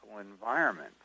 environment